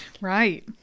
right